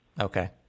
Okay